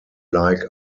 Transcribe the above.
like